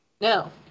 No